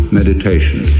meditation